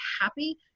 happy